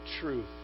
truth